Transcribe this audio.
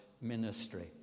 ministry